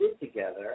together